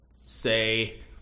say